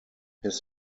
his